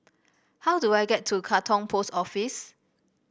how do I get to Katong Post Office